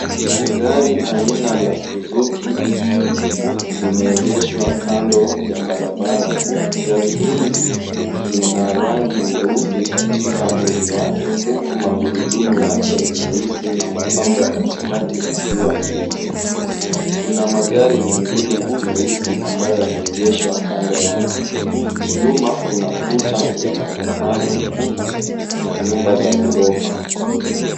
Gari aina la Suzuki limeegeshwa kando ya barabara. Gari hili lina rangi nyeusi katika mwili wake huku magurudumu yake ni meusi na mapambo yake ya kati yakiwa meupe. Kuna magari mengine meusi ambayo yameegeshwa kando yake. Nyuma kuna kuta ya matofali na nyumba za ghorofa.